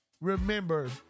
remember